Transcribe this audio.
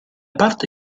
parte